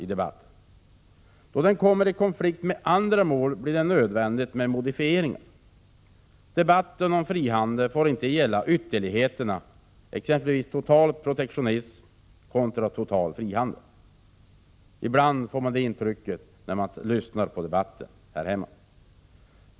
Då denna handel kommer i konflikt med andra mål blir det nödvändigt med modifieringar. Debatten om frihandeln får inte gälla ytterligheterna: total protektionism kontra total frihandel. Ibland får man det intrycket när man lyssnar på debatten här hemma.